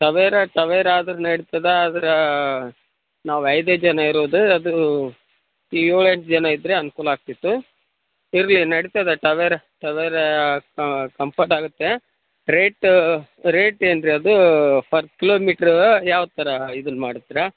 Tavera Tavera ಆದರು ನಡೀತದೆ ಆದ್ರೆ ನಾವು ಐದು ಜನ ಇರೋದು ಅದೂ ಏಳು ಎಂಟು ಜನ ಇದ್ರೆ ಅನುಕೂಲ ಆಗ್ತಿತ್ತು ಇರಲಿ ನಡೀತದೆ ಟವೆರಾ ಟವೆರಾ ಕಂಫರ್ಟ್ ಆಗತ್ತೇ ರೇಟ್ ರೇಟ್ ಏನು ರೀ ಅದು ಪರ್ ಕಿಲೋಮೀಟ್ರ್ ಯಾವ್ತರ ಇದನ್ನು ಮಾಡ್ತಿರಾ